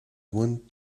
want